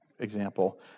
example